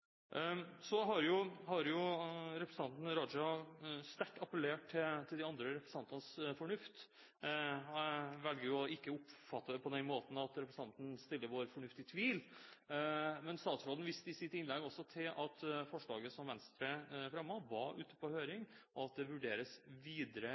Så har jo representanten Raja sterkt appellert til de andre representantenes fornuft. Jeg velger å ikke oppfatte det på den måten at representanten trekker vår fornuft i tvil. Men statsråden viste også i sitt innlegg til at forslaget som Venstre fremmet, var ute på høring, og at det vurderes videre